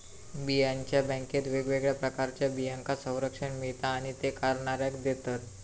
बियांच्या बॅन्केत वेगवेगळ्या प्रकारच्या बियांका संरक्षण मिळता आणि ते करणाऱ्याक देतत